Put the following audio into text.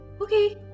Okay